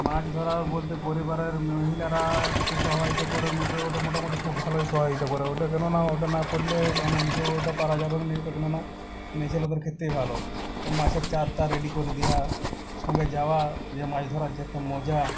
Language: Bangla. মাছ ধরা বলতে পরিবারের মহিলারা একটু সহয়তা করে মোটামুটি খুব ভালোই সহযোগিতা করে ওটা কেননা ওটা না করলে আমরা নিজেও ওটা পারা যাবে না এটা কেননা মেয়েছেলেদের ক্ষেত্রেই ভালো ও মাছের চার তার রেডি করে দেওয়া সঙ্গে যাওয়া যে মাছ ধরার যে একটা মজা